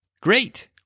Great